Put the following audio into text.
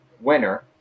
winner